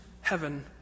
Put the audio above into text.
heaven